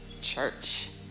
Church